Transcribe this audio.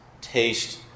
taste